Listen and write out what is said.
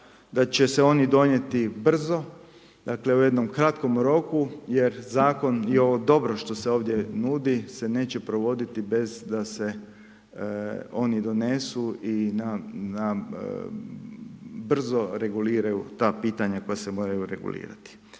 da će se oni donijeti brzo, dakle u jednom kratkom roku jer zakon i ovo dobro što se ovdje nudi se neće provoditi bez da se oni donesu i brzo reguliraju ta pitanja koja se moraju regulirati.